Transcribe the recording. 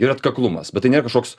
ir atkaklumas bet tai nėra kažkoks